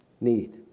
need